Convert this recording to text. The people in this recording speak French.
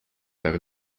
par